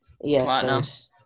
Yes